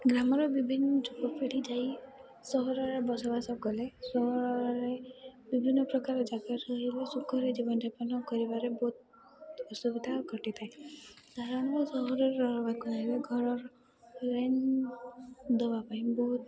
ଗ୍ରାମର ବିଭିନ୍ନ ଯୁବପିଢ଼ି ଯାଇ ସହରରେ ବସବାସ କଲେ ସହରରେ ବିଭିନ୍ନ ପ୍ରକାର ଜାଗାରେ ରହିଲେ ସୁଖରେ ଜୀବନଯାପନ କରିବାରେ ବହୁତ ଅସୁବିଧା ଘଟିଥାଏ ସାଧାରଣତଃ ସହରରେ ରହିବାକୁ ହେଲେ ଘରର ରେଣ୍ଟ୍ ଦେବା ପାଇଁ ବହୁତ